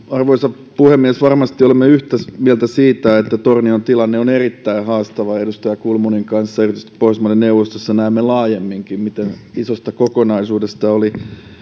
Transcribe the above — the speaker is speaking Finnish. arvoisa puhemies varmasti olemme yhtä mieltä siitä että tornion tilanne on erittäin haastava edustaja kulmunin kanssa erityisesti pohjoismaiden neuvostossa näemme laajemminkin miten isosta kokonaisuudesta oli